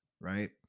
right